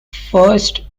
first